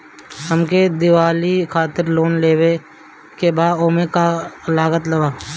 हमके दिवाली खातिर लोन लेवे के बा ओमे का का लागत बा?